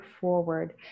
forward